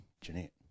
Jeanette